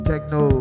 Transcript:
Techno